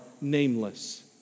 nameless